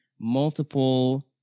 multiple